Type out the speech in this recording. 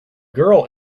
girl